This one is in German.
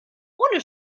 ohne